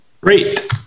Great